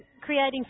creating